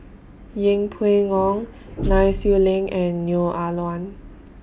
Yeng Pway Ngon Nai Swee Leng and Neo Ah Luan